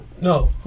No